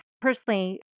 Personally